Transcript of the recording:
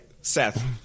Seth